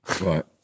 Right